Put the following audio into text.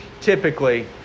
typically